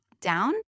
down